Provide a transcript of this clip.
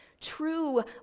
true